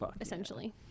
essentially